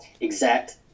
exact